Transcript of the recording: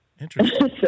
interesting